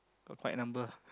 got quite a number